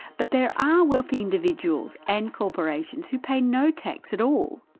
but there are wealthy individuals and corporations who pay no tax at all.